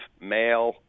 male